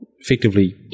effectively